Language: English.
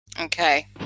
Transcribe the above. Okay